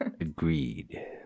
Agreed